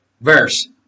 verse